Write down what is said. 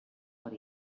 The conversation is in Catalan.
per